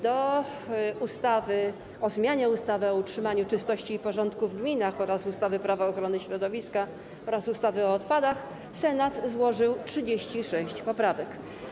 Do ustawy o zmianie ustawy o utrzymaniu czystości i porządku w gminach, ustawy - Prawo ochrony środowiska oraz ustawy o odpadach Senat złożył 36 poprawek.